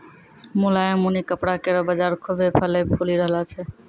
मुलायम ऊनी कपड़ा केरो बाजार खुभ्भे फलय फूली रहलो छै